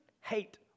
Hate